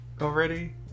already